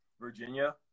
Virginia